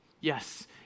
yes